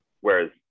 whereas